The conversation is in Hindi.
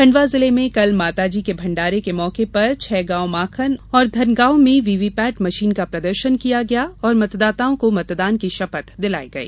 खंडवा जिले में कल माताजी की भण्डारे के मौके पर छैगॉव माखन और धनगॉव में वीवीपैट मशीन का प्रदर्शन किया गया और मतदाताओं को मतदान की शपथ दिलाई गई